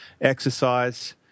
exercise